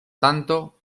tanto